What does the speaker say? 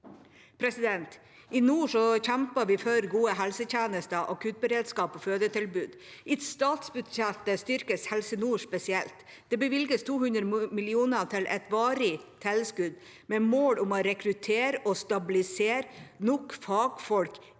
I nord kjemper vi for gode helsetjenester, akuttberedskap og fødetilbud. I statsbudsjettet styrkes Helse nord spesielt. Det bevilges 200 mill. kr til et varig tilskudd, med mål om å rekruttere og stabilisere, slik